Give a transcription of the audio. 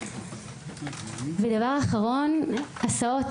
ודבר אחרון, הסעות